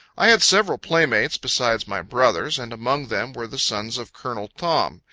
i had several playmates, besides my brothers, and among them were the sons of col. thom,